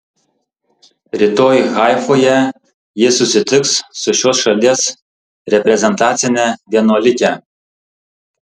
rytoj haifoje ji susitiks su šios šalies reprezentacine vienuolike